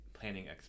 Planning